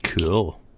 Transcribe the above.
Cool